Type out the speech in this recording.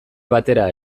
batera